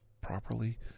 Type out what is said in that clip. properly